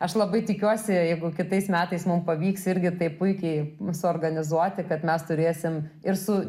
aš labai tikiuosi jeigu kitais metais mum pavyks irgi taip puikiai suorganizuoti kad mes turėsim ir su